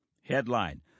Headline